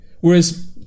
whereas